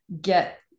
get